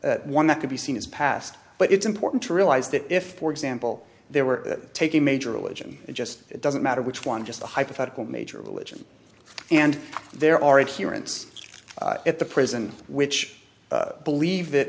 text one that could be seen as past but it's important to realize that if for example they were taking major religion it just doesn't matter which one just a hypothetical major religion and there are and here it's at the prison which believe that